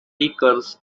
acres